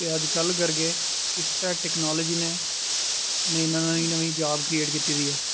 ते अज्ज गल्ल करगे किस तरह् टैक्नालजी नै नमीं नमीं जाब क्रिएट कीती दी ऐ